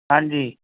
ਹਾਂਜੀ